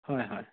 হয় হয়